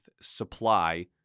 supply